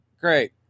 great